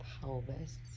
pelvis